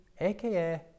aka